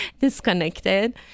disconnected